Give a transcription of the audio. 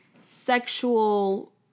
sexual